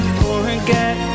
forget